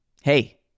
Hey